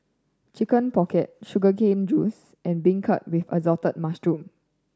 Chicken Pocket sugar cane juice and beancurd with assorted mushroom